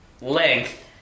length